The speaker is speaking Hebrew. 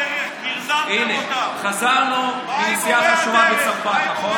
הינה, חזרנו מנסיעה חשובה בצרפת, נכון?